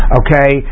okay